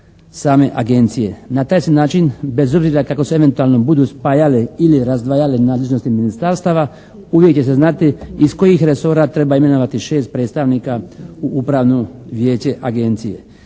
same agencije. Na taj se način bez obzira kako se eventualno budu spajale ili razdvajale nadležnosti ministarstava uvijek će se znati iz kojih resora treba imenovati 6 predstavnika u upravno vijeće agencije.